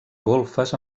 golfes